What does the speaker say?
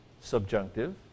subjunctive